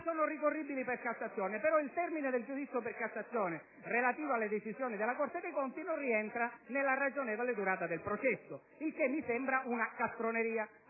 sono ricorribili per Cassazione, però il termine del giudizio per Cassazione relativo alle decisioni della Corte dei conti non rientra nella ragionevole durata del processo, il che mi sembra una castroneria.